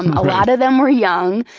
a lot of them were young.